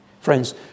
Friends